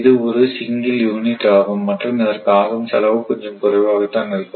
இது ஒரு single unit ஆகும் மற்றும் இதற்கு ஆகும் செலவு கொஞ்சம் குறைவாகத்தான் இருக்கும்